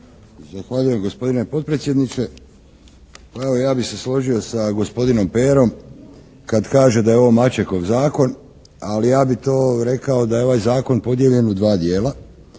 Zahvaljujem gospodine podpredsjedniče. Pa evo ja bih se složio sa gospodinom Perom kad kaže da je ovo "Mačekov zakon" ali ja bih to rekao da je ovaj zakon podjeljen u dva dijela.